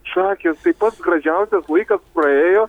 šakės tai pats gražiausias laikas praėjo